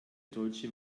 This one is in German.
deutsche